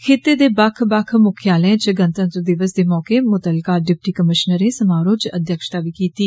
खित्ते दे बक्ख बकख मुक्खयालयें च गणतंत्र दिवस दे मौके मुतलका डिप्टी कमीष्नरें समारोहें च अध्यक्षता किती